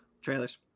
Trailers